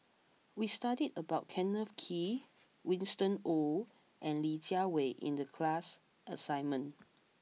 we studied about Kenneth Kee Winston Oh and Li Jiawei in the class assignment